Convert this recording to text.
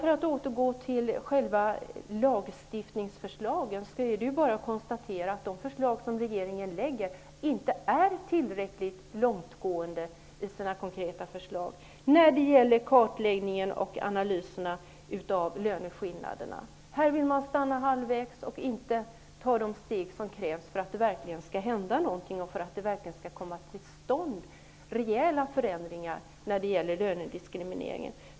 För att återgå till själva lagstiftningsförslagen, är det bara att konstatera att de förslag som regeringen lägger fram inte är tillräckligt långtgående när det gäller kartläggning och analyser av löneskillnaderna. Här vill man stanna halvvägs och inte ta de steg som krävs för att det verkligen skall hända någonting och för att rejäla förändringar skall komma till stånd när det gäller lönediskrimineringen.